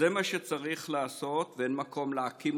אז זה מה שצריך לעשות, ואין מקום יותר מתאים